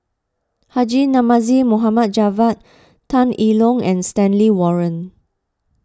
Haji Namazie Mohd Javad Tan I Tong and Stanley Warren